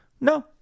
no